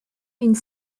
une